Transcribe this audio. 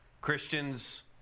Christians